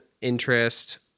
interest